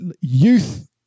youth